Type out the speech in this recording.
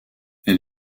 elle